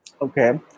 Okay